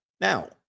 Now